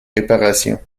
réparations